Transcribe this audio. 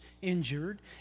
injured